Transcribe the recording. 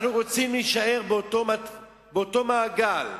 אנחנו רוצים להישאר באותו מעגל.